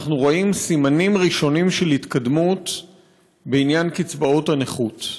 אנחנו רואים סימנים ראשונים של התקדמות בעניין קצבאות הנכות.